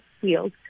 field